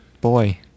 boy